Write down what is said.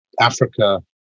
Africa